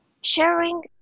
Sharing